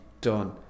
done